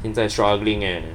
现在 struggling leh